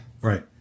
Right